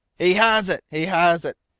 he has it! he has it!